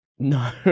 No